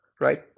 right